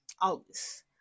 August